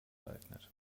geeignet